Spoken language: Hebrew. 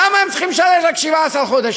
למה הם צריכים לשרת רק 17 חודשים?